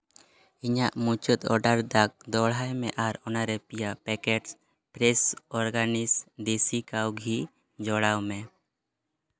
ᱤᱧᱟᱹᱜ ᱢᱩᱪᱟᱹᱫ ᱚᱰᱟᱨ ᱫᱟᱜᱽ ᱫᱚᱦᱲᱟᱭ ᱢᱮ ᱟᱨ ᱚᱱᱟᱨᱮ ᱯᱮᱭᱟ packets fresh organic desi cow ghee ᱡᱚᱲᱟᱣ ᱢᱮ